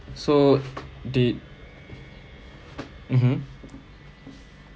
so did mmhmm